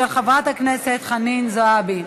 של חברת הכנסת חנין זועבי.